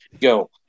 Go